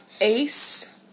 Ace